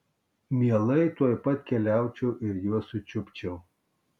mielai tuoj pat keliaučiau ir juos sučiupčiau